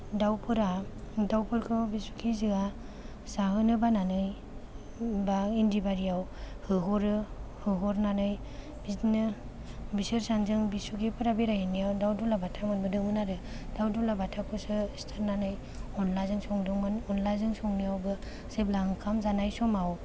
दाउफोरा दाउफोरखौ बिसुखेजोआ जाहोनो बानानै बा इन्दिबारियाव होहरो होहरनानै बिदिनो बिसोर सानैजों बिसुखेफोरा बेरायहैनायाव दाउ दुलाबाथा मोनबोदोंमोन आरो दाउ दुलाबाथाखौसो सिथारनानै अनलाजों संदोंमोन अनलाजों संनायावबो जेब्ला ओंखाम जानाय समाव